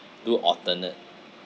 do alternate